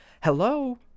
Hello